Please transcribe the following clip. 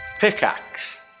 Pickaxe